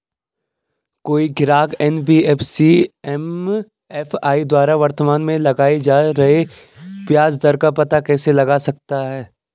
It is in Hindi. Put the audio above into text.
कोई ग्राहक एन.बी.एफ.सी एम.एफ.आई द्वारा वर्तमान में लगाए जा रहे ब्याज दर का पता कैसे लगा सकता है?